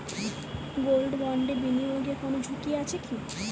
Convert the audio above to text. Gold বন্ডে বিনিয়োগে কোন ঝুঁকি আছে কি?